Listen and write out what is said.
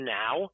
now